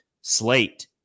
slate